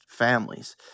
families